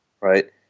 right